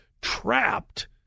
trapped